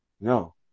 No